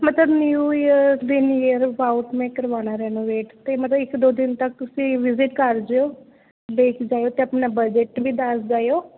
ਮਤਲਬ new year ਦੇ near about ਮੈਂ ਕਰਵਾਉਣਾ ਰੈਨੋਵੈਟ ਅਤੇ ਮਤਲਬ ਇੱਕ ਦੋ ਦਿਨ ਤੱਕ ਤੁਸੀਂ ਵਿਜਿਟ ਕਰ ਜਾਇਓ ਵੇਖ ਜਾਇਓ ਅਤੇ ਆਪਣਾ ਬਜਟ ਵੀ ਦੱਸ ਜਾਇਓ